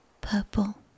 purple